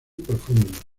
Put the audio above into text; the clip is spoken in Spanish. profundas